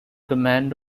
command